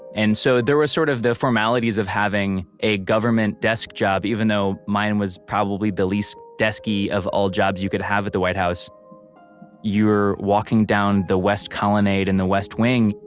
and so there was sort of the formalities of having a government desk job even though mine was probably the least desk-y of all the jobs you could have at the white house you're walking down the west colonnade in the west wing.